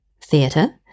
theatre